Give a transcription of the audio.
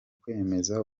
kwemeza